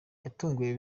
yatunguye